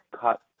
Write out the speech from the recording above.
cut